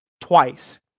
twice